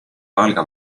valga